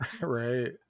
Right